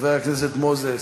חבר הכנסת מוזס,